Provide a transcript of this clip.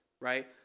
right